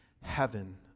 heaven